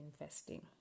investing